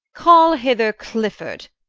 call hither clifford,